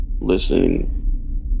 listening